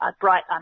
bright